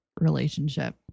relationship